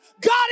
God